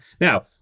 Now